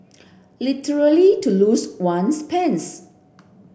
literally to lose one's pants